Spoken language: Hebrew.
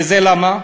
וזה למה?